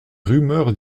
rumeurs